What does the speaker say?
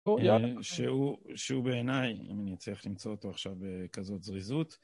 שהוא בעיניי, אם אני אצליח למצוא אותו עכשיו בכזאת זריזות.